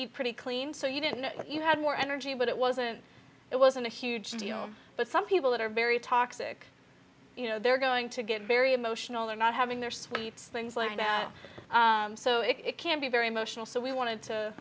eat pretty clean so you didn't you had more energy but it wasn't it wasn't a huge deal but some people that are very toxic you know they're going to get very emotional they're not having their sweet things like that so it can be very emotional so we wanted to